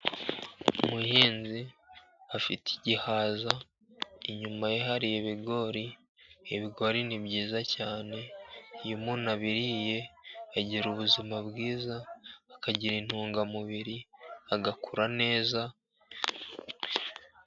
Umuhinzi afite igihaza. Inyuma ye hari ibigori. Ibigori ni byiza cyane. Iyo umuntu abiriye agira ubuzima bwiza, akagira intungamubiri, agakura neza.